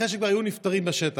אחרי שכבר היו נפטרים בשטח,